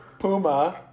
Puma